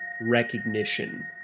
recognition